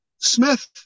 Smith